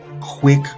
quick